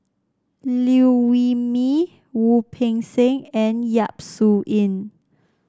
Liew Wee Mee Wu Peng Seng and Yap Su Yin